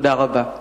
תודה רבה.